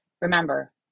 Remember